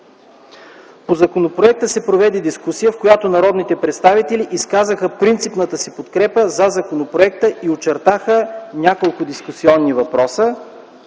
По законопроекта се проведе дискусия, в която народните представители изказаха принципната си подкрепа за законопроекта и очертаха няколко дискусионни въпроса.